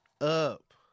up